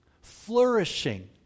flourishing